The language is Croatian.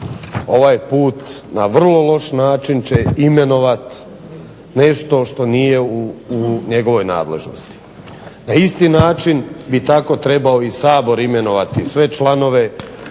ovaj put na vrlo loš način će imenovati nešto što nije u njegovoj nadležnosti. Na isti način bi tako trebao i Sabor imenovati sve članove